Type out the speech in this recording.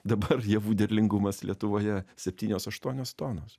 dabar javų derlingumas lietuvoje septynios aštuonios tonos